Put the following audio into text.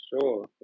sure